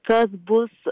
kas bus